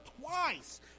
twice